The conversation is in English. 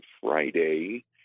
Friday